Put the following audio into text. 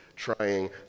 trying